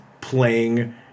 playing